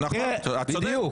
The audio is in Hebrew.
בדיוק.